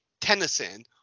Tennyson